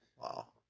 Wow